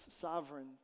sovereign